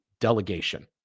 delegation